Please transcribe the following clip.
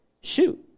Shoot